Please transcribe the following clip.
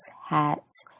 hats